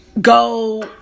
go